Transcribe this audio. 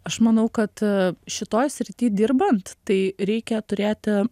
aš manau kad šitoj srity dirbant tai reikia turėti